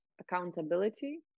accountability